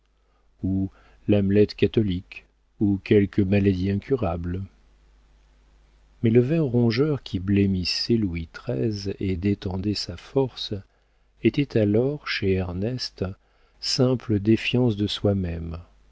ou l'hamlet catholique ou quelque maladie incurable mais le ver rongeur qui blêmissait louis xiii et détendait sa force était alors chez ernest simple défiance de soi-même